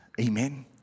amen